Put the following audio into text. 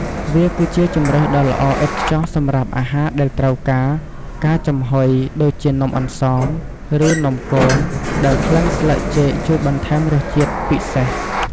វាគឺជាជម្រើសដ៏ល្អឥតខ្ចោះសម្រាប់អាហារដែលត្រូវការ ការចំហុយ ដូចជានំអន្សម ឬនំគម ដែលក្លិនស្លឹកចេកជួយបន្ថែមរសជាតិពិសេស។